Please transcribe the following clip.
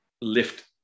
lift